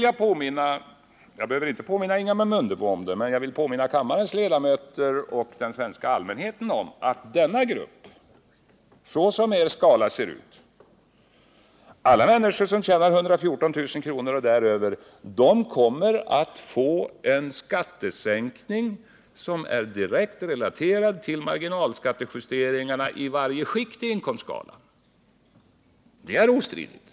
Jag behöver inte påminna Ingemar Mundebo om det, men jag vill påminna kammarens ledamöter och den svenska allmänheten om att denna grupp såsom er skatteskala ser ut kommer att få en skattesänkning, som är direkt relaterad till marginalskattejusteringarna i varje skikt av inkomstskalan. Det är ostridigt.